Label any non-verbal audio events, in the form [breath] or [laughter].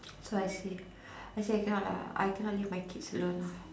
[breath] so I say [breath] I say I cannot lah I cannot leave my kids alone lah